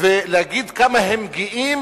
ולהגיד כמה הם גאים